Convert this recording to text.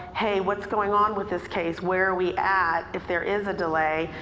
hey, what's going on with this case, where are we at? if there is a delay.